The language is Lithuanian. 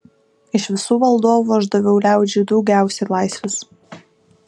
iš visų valdovų aš daviau liaudžiai daugiausiai laisvės